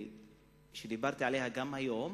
שדיברתי עליה גם היום